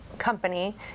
company